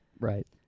Right